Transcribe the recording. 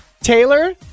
Taylor